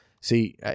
see